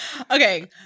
Okay